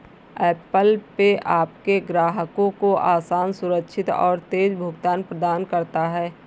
Apple Pay आपके ग्राहकों को आसान, सुरक्षित और तेज़ भुगतान प्रदान करता है